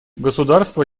государства